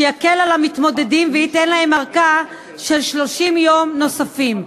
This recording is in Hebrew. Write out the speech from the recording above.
שיקל על המתמודדים וייתן להם ארכה של 30 יום נוספים.